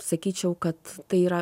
sakyčiau kad tai yra